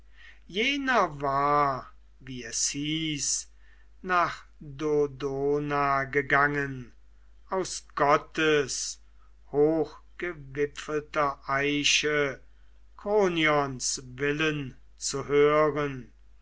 jener war wie es hieß nach dodona gegangen aus gottes